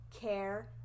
care